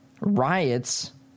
riots